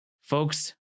Folks